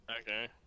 Okay